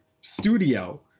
studio